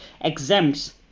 exempts